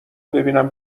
ببینم